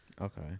Okay